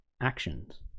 actions